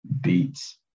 beats